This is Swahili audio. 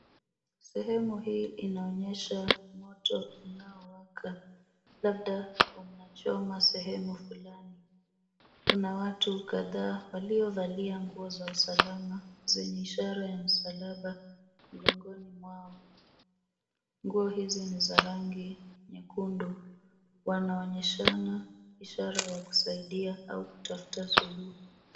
Sehemu hii inaonyesha moto unaowaka labda unachoma sehemu fulani. Kuna watu kadhaa walio valia nguo za usalama zenye ishara ya msalaba mgongoni mwao. Nguo hizi ni za rangi nyekundu. Wanaonyeshana ishara ya kusaidia au kutafta suluhu.